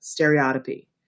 stereotypy